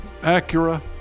Acura